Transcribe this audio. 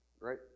Right